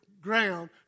ground